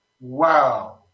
wow